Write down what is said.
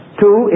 two